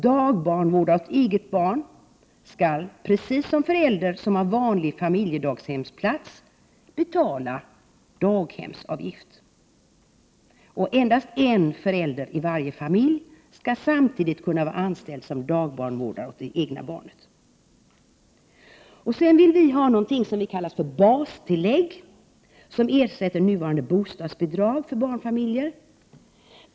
Dagbarnvårdare åt eget barn skall, precis som förälder som har barn på vanlig familjedaghemsplats, betala daghemsavgift. Endast en av föräldrarna i taget i varje familj skall kunna vara anställd som dagbarnvårdare åt det egna barnet. Vi vill införa ett bastillägg, som skall ersätta nuvarande bostadsbidrag för barnfamiljer.